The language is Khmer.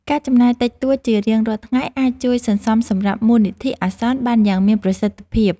ការចំណាយតិចតួចជារៀងរាល់ថ្ងៃអាចជួយសន្សំសម្រាប់មូលនិធិអាសន្នបានយ៉ាងមានប្រសិទ្ធភាព។